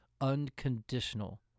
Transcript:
unconditional